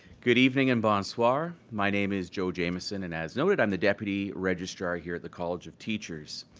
good evening and bonsoir. my name is joe jamieson and as noted i'm the deputy registrar here at the college of teachers.